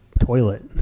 toilet